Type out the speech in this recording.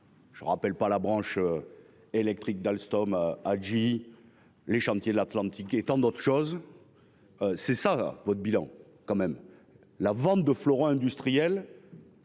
Je rappelle pas la branche. Électrique d'Alstom Hadji. Les chantiers de l'Atlantique et tant d'autres choses. C'est ça votre bilan quand même. La vente de fleurons industriels.